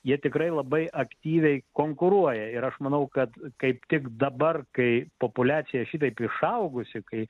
jie tikrai labai aktyviai konkuruoja ir aš manau kad kaip tik dabar kai populiacija šitaip išaugusi kai